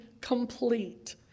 complete